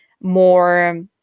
more